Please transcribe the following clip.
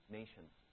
nations